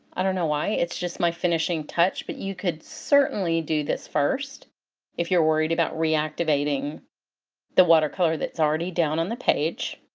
i don't know why, it's just my finishing touch, but you could certainly do this first if you're worried about reactivating the watercolor that's already down on the page.